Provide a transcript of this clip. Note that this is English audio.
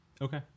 Okay